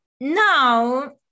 now